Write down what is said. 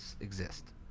exist